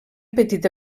petita